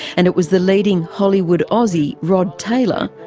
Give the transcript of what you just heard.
and it was the leading hollywood aussie, rod taylor,